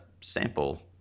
sample